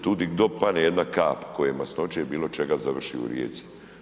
Tu gdje god padne jedna kap koje masnoće i bilo čega završi u rijeci.